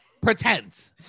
Pretend